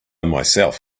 myself